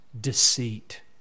deceit